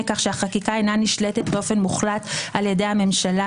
כך שהחקיקה אינה נשלטת באופן מוחלט על-ידי הממשלה,